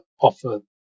offer